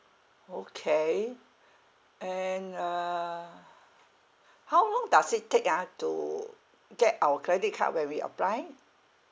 okay and uh how long does it take ah to get our credit card when we apply